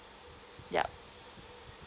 yup